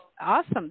awesome